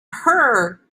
her